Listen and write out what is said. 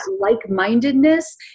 like-mindedness